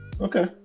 Okay